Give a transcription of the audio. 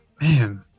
Man